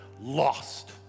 lost